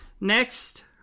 next